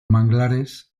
manglares